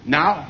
Now